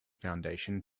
foundation